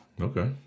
Okay